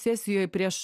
sesijoj prieš